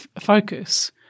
focus